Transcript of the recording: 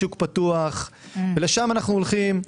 שוק פתוח ולשם אנו הולכים,